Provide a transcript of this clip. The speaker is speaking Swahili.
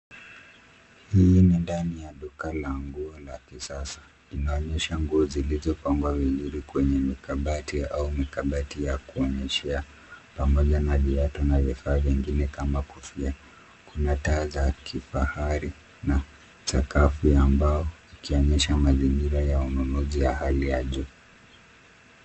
Hii ni ndani ya duka la nguo ya kisasa. Inaonyesha nguo zilizopangwa vizuri kwenye makabati au kabati ya kuonyeshea. Pamoja na viatu na vifaa vingine kama kofia. Kuna taa za kifahari na sakafu ya mbao ikionyesha mazingira ya ununuzi ya hali ya juu.